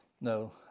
No